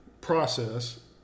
process –